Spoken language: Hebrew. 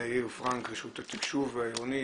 ליאיר פראנק, רשות התקשוב הממשלתית.